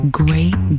great